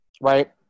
right